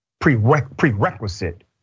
prerequisite